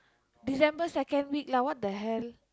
December second week lah what the hell